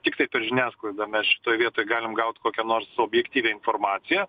tiktai per žiniasklaidą mes šitoj vietoj galim gaut kokią nors objektyvią informaciją